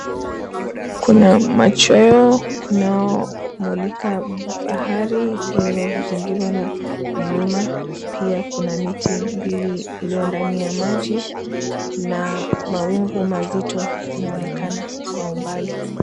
Kuna machweo inaomulika bahari iliyozingirwa na milima pia Kuna miti mbili iliyo ndani ya maji na mawingu mazito yanaonekana Kwa umbali.